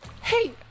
hey